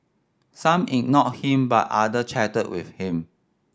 some ignored him but other chatted with him